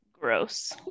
Gross